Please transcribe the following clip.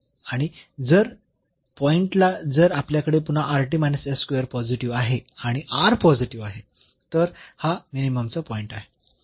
आणि जर पॉईंटला जर आपल्याकडे पुन्हा पॉझिटिव्ह आहे आणि पॉझिटिव्ह आहे तर हा मिनिममचा पॉईंट आहे